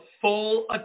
full